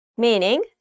Meaning